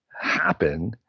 happen